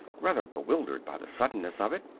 rather bewildered by the suddenness of it.